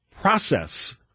process